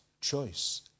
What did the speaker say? choice